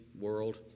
world